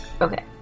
Okay